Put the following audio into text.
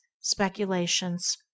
speculations